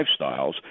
lifestyles